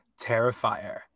Terrifier